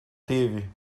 teve